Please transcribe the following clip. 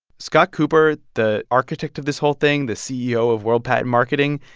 scott cooper, the architect of this whole thing, the ceo of world patent marketing,